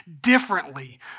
differently